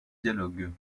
dialogue